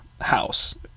house